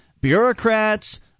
bureaucrats